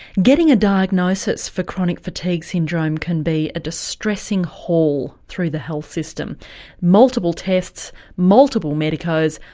getting a diagnosis for chronic fatigue syndrome can be a distressing haul through the health system multiple tests, multiple medicos,